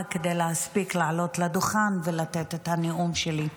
כדי להספיק לעלות לדוכן ולתת את הנאום שלי.